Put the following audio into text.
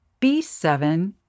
B7